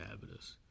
habitus